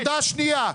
נקודה שניה.